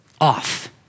off